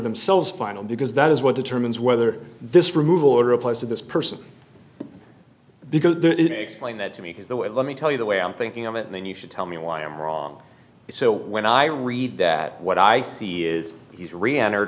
themselves final because that is what determines whether this removal or applies to this person because the explain that to me is the way let me tell you the way i'm thinking of it and then you should tell me why i'm wrong so when i read that what i see is he's reener